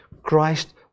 Christ